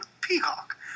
Peacock